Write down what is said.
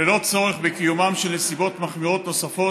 ללא צורך בקיומן של נסיבות מחמירות נוספות